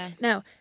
now